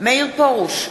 מאיר פרוש,